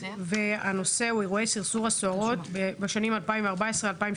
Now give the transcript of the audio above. והנושא הוא אירועי "סרסור" הסוהרות בשנים 2014-108